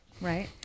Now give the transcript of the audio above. right